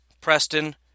Preston